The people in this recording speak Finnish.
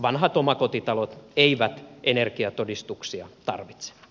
vanhat omakotitalot eivät energiatodistuksia tarvitse